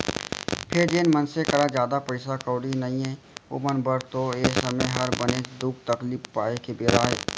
फेर जेन मनसे करा जादा पइसा कउड़ी नइये ओमन बर तो ए समे हर बनेच दुख तकलीफ पाए के बेरा अय